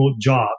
job